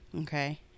okay